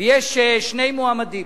ויש שני מועמדים,